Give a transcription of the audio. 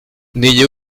n’ayez